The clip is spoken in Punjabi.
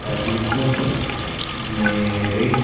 ਤਹਿਤ ਮੇਰੇ